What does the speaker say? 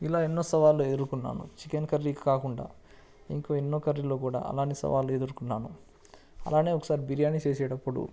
ఇలా ఎన్నో సవాళ్ళుఎదుర్కొన్నాను చికెన్ కర్రీ కాకుండా ఇంక ఎన్నో కర్రీల్లో కూడా అలాగే ఎన్నో సవాళ్ళు ఎదుర్కొన్నాను అలాగే ఒకసారి బిర్యానీ చేసేటప్పుడు